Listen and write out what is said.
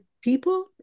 people